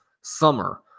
summer